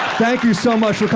thank you so much